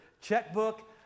checkbook